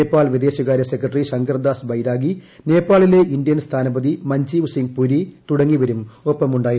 നേപ്പാൾ വിദേശകാര്യ സെക്രട്ടറി ശങ്കർദാസ് ബൈരാഗി നേപ്പാളിലെ ഇന്ത്യൻ സ്ഥാനപതി മഞ്ജീവ് സിംഗ്പുരി തുടങ്ങിയവരും ഒപ്പമുണ്ടായിരുന്നു